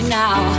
now